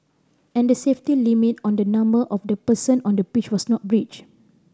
and the safety limit on the number of the person on the pitch was not breached